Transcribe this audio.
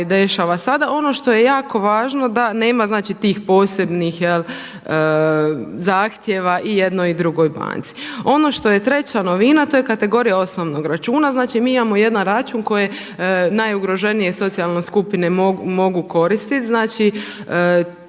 se dešava sada. Ono što je jako važno da nema znači tih posebnih zahtjeva jednoj i drugoj banci. Ono što je treća novina, to je kategorija osnovnog računa. Znači mi imamo jedan račun koje najugroženije socijalne skupine mogu koristiti. Znači